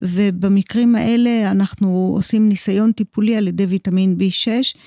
ובמקרים האלה אנחנו עושים ניסיון טיפולי על ידי ויטמין B6.